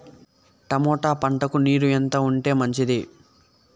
Tomato పంటకు నీరు ఎంత ఉంటే మంచిది?